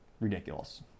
ridiculous